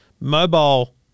mobile